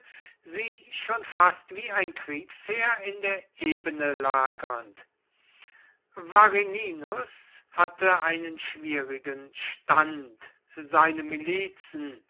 sie schon fast wie ein kriegsheer in der ebene lagernd varinius hatte einen schwierigen stand seine milizen